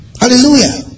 Hallelujah